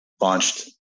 launched